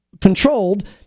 controlled